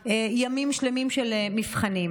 ימים שלמים של מבחנים.